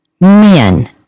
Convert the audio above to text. men